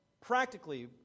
practically